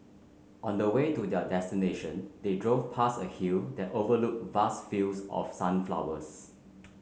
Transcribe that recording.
on the way to their destination they drove past a hill that overlooked vast fields of sunflowers